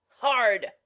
hard